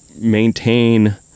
maintain